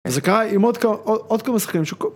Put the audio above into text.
זה קרה עם עוד כמה, עוד כמה שחקנים שקו...